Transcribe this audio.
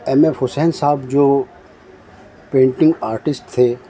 M F Hussain sahab جو painting artist تھے